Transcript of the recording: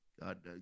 God